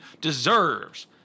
deserves